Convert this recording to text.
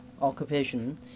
occupation